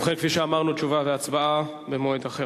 ובכן, כפי שאמרנו, תשובה והצבעה במועד אחר.